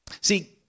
See